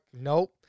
nope